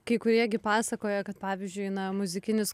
kai kurie gi pasakoja kad pavyzdžiui na muzikinis